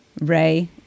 Ray